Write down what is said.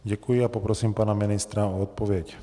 Děkuji a poprosím pana ministra o odpověď.